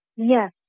Yes